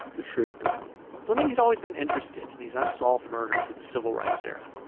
the trooper fleming had always been interested in these unsolved murders of the civil rights era.